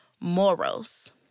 morals